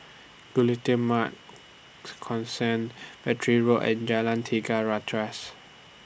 Consent Battery Road and Jalan Tiga Ratus